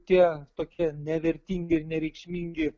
tie tokie nevertingi ir nereikšmingi